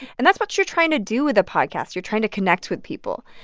and that's what you're trying to do with a podcast. you're trying to connect with people.